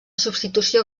substitució